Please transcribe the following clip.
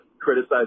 criticize